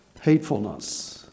hatefulness